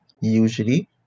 usually